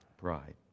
pride